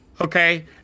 okay